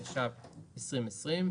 התש״ף 2020,